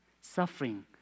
suffering